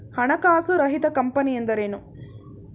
ಹಣಕಾಸು ರಹಿತ ಕಂಪನಿ ಎಂದರೇನು?